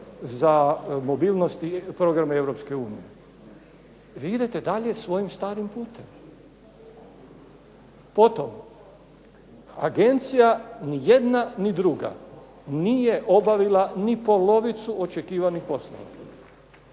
za mobilnosti programa Europske unije. Vi idete dalje svojim starim putem. Potom, agencija ni jedna ni druga nije obavila ni polovicu očekivanih poslova.